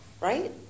Right